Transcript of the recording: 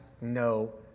no